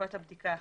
תקופת הבדיקה.